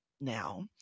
now